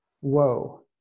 whoa